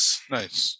nice